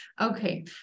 Okay